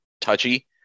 touchy